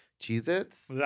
Cheez-Its